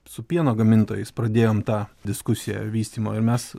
su pieno gamintojais pradėjom tą diskusiją vystymo ir mes